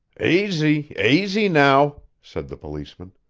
aisy, aisy, now, said the policeman.